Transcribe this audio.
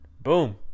Boom